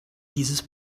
dieses